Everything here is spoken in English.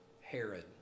Herod